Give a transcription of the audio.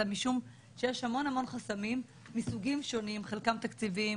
אלא משום שיש המון חסמים מסוגים שונים חלקם תקציביים,